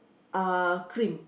uh cream